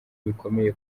bikomeye